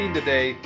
today